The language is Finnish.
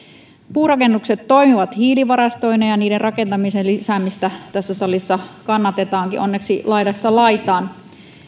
puurakennukset toimivat hiilivarastoina ja ja niiden rakentamisen lisäämistä tässä salissa kannatetaankin onneksi laidasta laitaan